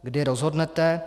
Kdy rozhodnete.